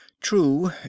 true